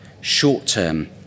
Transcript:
short-term